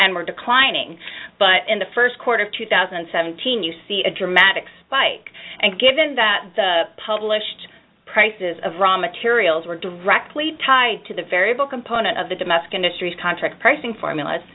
and were declining but in the st quarter of two thousand and seventeen you see a dramatic spike and given that the published prices of raw materials were directly tied to the variable component of the domestic industries contract pricing formulas